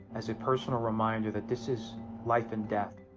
as a personal reminder that this is life and death.